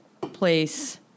place